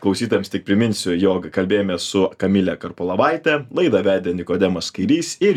klausytojams tik priminsiu jog kalbėjome su kamile karpolovaite laidą vedė nikodemas kairys ir